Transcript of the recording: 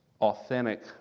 authentic